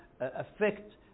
affect